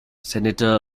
senator